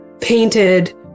Painted